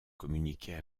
communiquaient